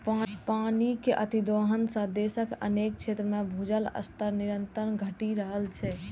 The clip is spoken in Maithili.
पानिक अतिदोहन सं देशक अनेक क्षेत्र मे भूजल स्तर निरंतर घटि रहल छै